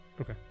Okay